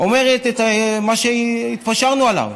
אומרת את מה שהתפשרנו עליו,